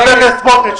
חבר הכנסת סמוטריץ'.